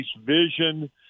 vision